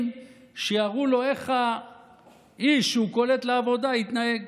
שיראו לו איך האיש שהוא קולט לעבודה יתנהג.